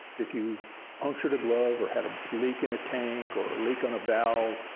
if you punctured a glove or had a leak in a tank or a leak on a valve,